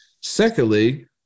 Secondly